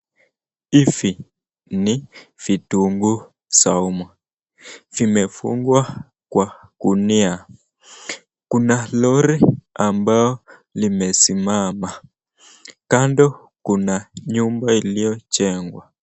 Hivi ni vitunguu za umma. Vimefungwa kwa gunia. Kuna lori ambalo limesimama, kando kuna nyumba iliyojengwa.